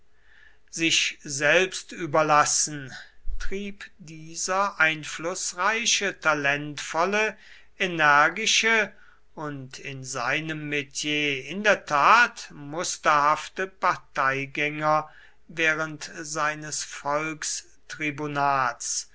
sich selbst überlassen trieb dieser einflußreiche talentvolle energische und in seinem metier in der tat musterhafte parteigänger während seines